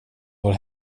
vår